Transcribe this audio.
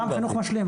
גם חינוך משלים.